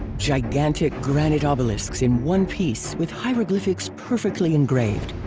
gigantic granite obelisks in one piece with hieroglyphs perfectly engraved.